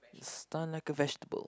stun like a vegetable